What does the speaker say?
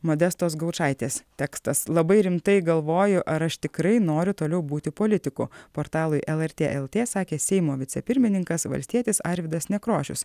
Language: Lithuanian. modestos gaučaitės tekstas labai rimtai galvoju ar aš tikrai noriu toliau būti politiku portalui lrt lt sakė seimo vicepirmininkas valstietis arvydas nekrošius